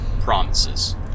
promises